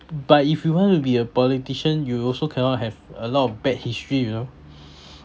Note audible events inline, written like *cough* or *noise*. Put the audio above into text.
but if you want to be a politician you also cannot have a lot of bad history you know *breath*